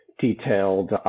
Detailed